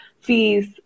fees